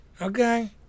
Okay